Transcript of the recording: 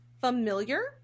familiar